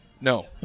No